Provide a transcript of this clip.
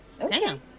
okay